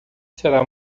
será